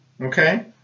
Okay